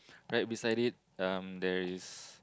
right beside it um there is